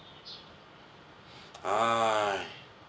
ah